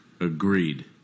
agreed